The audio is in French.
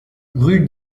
rue